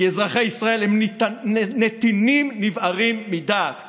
כי אזרחי ישראל הם נתינים נבערים מדעת.